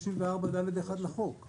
והשלים הכול,